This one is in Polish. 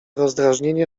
rozdrażnienie